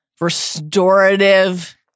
restorative